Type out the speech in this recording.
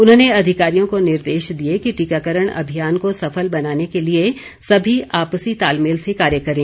उन्होंने अधिकारियों को निर्देश दिए कि टीकाकरण अभियान को सफल बनाने के लिए सभी आपसी तालमेल से कार्य करें